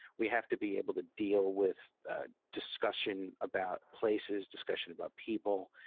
we have to be able to deal with discussion about places, discussion about people.